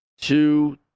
two